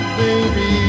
baby